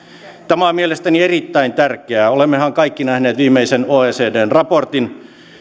on mielestäni erittäin tärkeää olemmehan kaikki nähneet viimeisen oecdn raportin